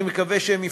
אני מקווה שהם יפתרו,